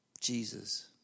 Jesus